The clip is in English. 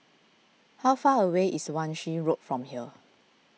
how far away is Wan Shih Road from here